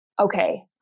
okay